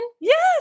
Yes